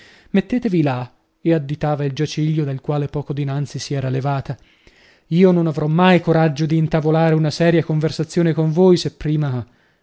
mettetevi là e additava il giaciglio dal quale poco dianzi si era levata io non avrò mai coraggio di intavolare una seria conversazione con voi se prima